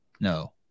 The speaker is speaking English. No